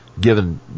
given